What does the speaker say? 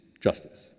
justice